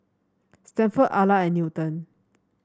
Stanford Ala and Newton